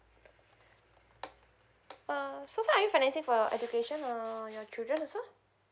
uh so far are you financing for education for your children also